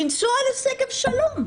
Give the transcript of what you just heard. לנסוע לשגב שלום.